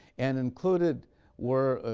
and included were,